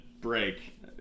break